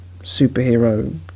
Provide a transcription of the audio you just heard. superhero